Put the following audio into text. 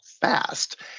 fast